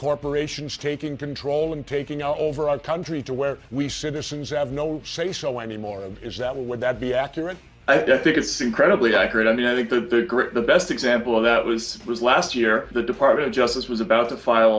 corporations taking control and taking over our country to where we citizens have no say so anymore is that what would that be accurate i think it's incredibly accurate i mean i think the the best example of that was it was last year the department of justice was about to file